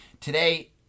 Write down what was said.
Today